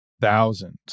thousands